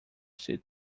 seat